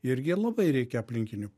irgi labai reikia aplinkinių